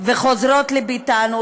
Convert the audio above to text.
וחוזרות לביתן,